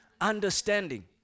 understanding